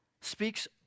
speaks